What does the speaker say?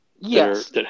Yes